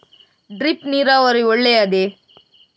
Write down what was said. Drip ನೀರಾವರಿ ಒಳ್ಳೆಯದೇ?